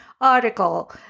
article